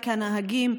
רק נהגים,